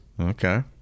Okay